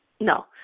no